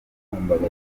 yagombaga